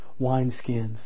wineskins